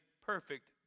perfect